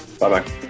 bye-bye